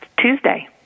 Tuesday